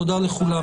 תודה רבה.